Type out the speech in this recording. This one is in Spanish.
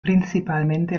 principalmente